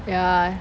ya